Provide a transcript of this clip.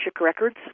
Records